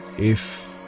if.